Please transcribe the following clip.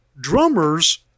drummers